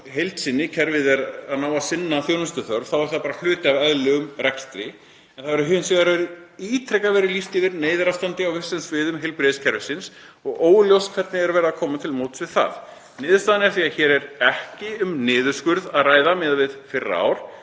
heild sinni væri að ná að sinna þjónustuþörf væri það bara hluti af eðlilegum rekstri. En það hefur hins vegar ítrekað verið lýst yfir neyðarástandi á vissum sviðum heilbrigðiskerfisins og óljóst hvernig komið verður til móts við það. Niðurstaðan er því að hér er ekki um niðurskurð að ræða miðað við fyrra ár